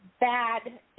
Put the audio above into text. bad